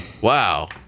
wow